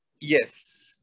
Yes